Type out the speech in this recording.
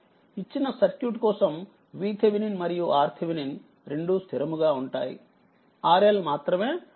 ఇచ్చిన సర్క్యూట్ కోసంVTh మరియుRThరెండూస్థిరముగా ఉంటాయిRL మాత్రమే మార్చబడుతుంది